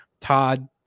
Todd